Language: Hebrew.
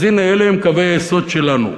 אז הנה, אלה הם קווי היסוד שלנו.